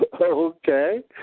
Okay